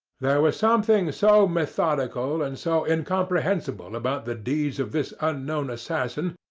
there was something so methodical and so incomprehensible about the deeds of this unknown assassin,